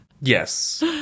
yes